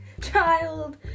Child